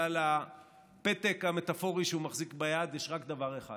ועל הפתק המטפורי שהוא מחזיק ביד יש רק דבר אחד: